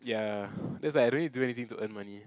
ya just like I don't need to do anything to earn money